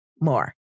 more